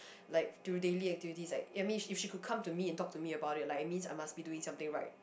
like through daily activities like I mean if she could come to me and talk to me about it like it means I must be doing something right